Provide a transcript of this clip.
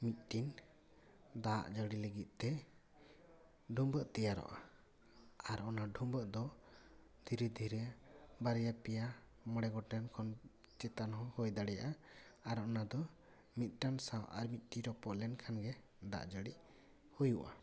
ᱢᱤᱫᱴᱤᱱ ᱫᱟᱜ ᱡᱟᱹᱲᱤ ᱞᱟᱹᱜᱤᱫᱛᱮ ᱰᱷᱩᱢᱵᱟᱹᱜ ᱛᱮᱭᱟᱨᱚᱜᱼᱟ ᱟᱨ ᱚᱱᱟ ᱰᱷᱩᱵᱟᱹᱜ ᱫᱚ ᱫᱷᱤᱨᱮ ᱫᱷᱤᱨᱮ ᱵᱟᱨᱭᱟ ᱯᱮᱭᱟ ᱢᱚᱬᱮ ᱜᱚᱴᱮᱱ ᱠᱷᱚᱱ ᱪᱮᱛᱟ ᱦᱚᱸ ᱦᱩᱭ ᱫᱟᱲᱮᱭᱟᱜᱼᱟ ᱟᱨ ᱚᱱᱟᱫᱚ ᱢᱤᱫᱴᱟᱱ ᱥᱟᱶ ᱟᱨ ᱢᱤᱫᱴᱤᱡ ᱨᱚᱯᱚᱜ ᱞᱮᱱ ᱠᱷᱟᱱᱜᱮ ᱫᱟᱜ ᱡᱟᱹᱲᱤ ᱦᱩᱭᱩᱜᱼᱟ